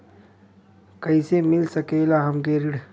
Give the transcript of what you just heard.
कइसे मिल सकेला हमके ऋण?